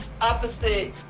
opposite